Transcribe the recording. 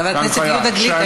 חבר הכנסת יהודה גליק,